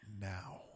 now